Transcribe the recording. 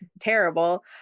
terrible